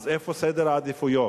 אז איפה סדר העדיפויות?